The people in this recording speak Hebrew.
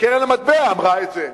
קרן המטבע אמרה את זה,